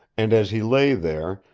and as he lay there,